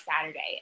Saturday